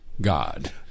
God